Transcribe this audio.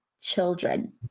children